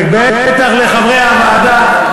בטח לחברי הוועדה,